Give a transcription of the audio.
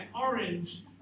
orange